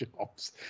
jobs